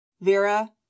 Vera